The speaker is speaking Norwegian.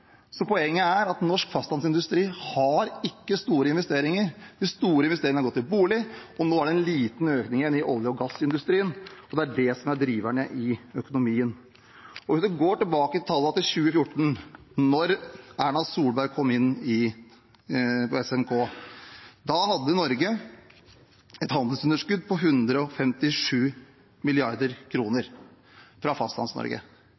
Så poenget er at norsk fastlandsindustri ikke har store investeringer. De store investeringene har gått til boliger, og nå er det en liten økning igjen i olje- og gassindustrien, og det er det som er driverne i økonomien. Hvis man går tilbake og ser på tallene fra 2014, da Erna Solberg kom inn på Statsministerens kontor, hadde Norge et handelsunderskudd på 157 mrd. kr fra